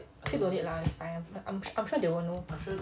actually don't need lah it's fine I'm sure they will know